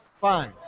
fine